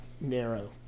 narrow